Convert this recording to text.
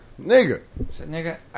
nigga